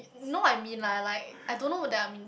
know what I mean lah like I don't know that I'm in